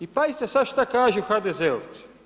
I pazite sad šta kažu HDZ-ovci.